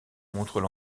montrent